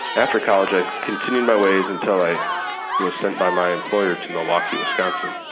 after college, i continued my ways until i was sent by my employer to milwaukee, wisconsin.